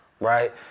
right